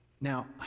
now